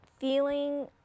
feeling